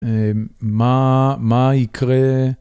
מה, מה יקרה